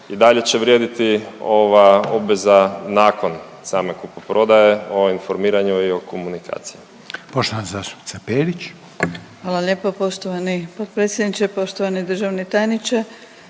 i dalje će vrijediti ova obveza nakon same kupoprodaje o informiranju i o komunikaciji.